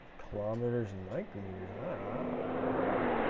kilometers and micrometers. ah oh